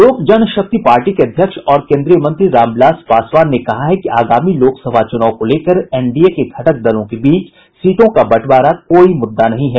लोक जनशक्ति पार्टी के अध्यक्ष और केंद्रीय मंत्री रामविलास पासवान ने कहा है कि आगामी लोकसभा चुनाव को लेकर एनडीए के घटक दलों के बीच सीटों का बंटवारा कोई मुद्दा नहीं है